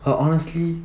but honestly